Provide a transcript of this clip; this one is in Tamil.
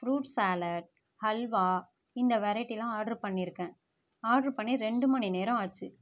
ஃப்ருட் சாலட் ஹல்வா இந்த வெரைட்டியெல்லாம் ஆர்டர் பண்ணியிருக்கேன் ஆர்டர் பண்ணி ரெண்டு மணி நேரம் ஆச்சு